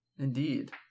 Indeed